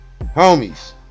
homies